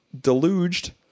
deluged